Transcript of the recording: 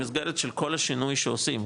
במסגרת כל השינוי שעושים,